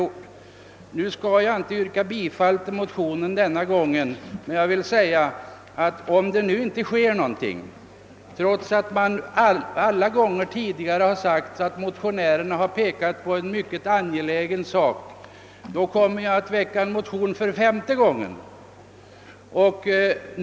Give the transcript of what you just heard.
Jag skall inte yrka bifall till motionen denna gång, men om det inte nu sker någonting trots att man alltid tidigare sagt att motionärerna pekat på en mycket angelägen sak kommer jag att väcka en motion för femte gången.